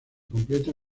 completa